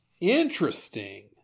interesting